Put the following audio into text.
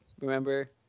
remember